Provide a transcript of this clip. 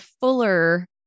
fuller